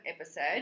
episode